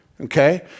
okay